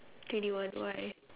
twenty one why